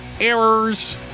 errors